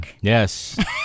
Yes